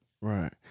Right